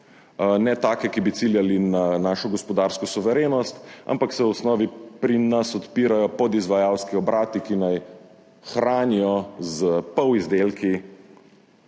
ne take, ki bi ciljali na našo gospodarsko suverenost, ampak se v osnovi pri nas odpirajo podizvajalski obrati, ki naj hranijo s polizdelki